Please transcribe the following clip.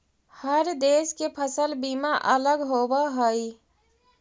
हर देश के फसल बीमा अलग होवऽ हइ